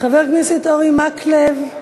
חבר הכנסת אורי מקלב?